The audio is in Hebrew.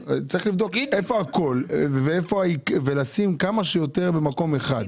צריך לבדוק איפה נמצא הכול ולשים כמה שיותר במקום אחד.